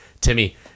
timmy